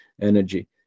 energy